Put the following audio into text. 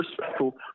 respectful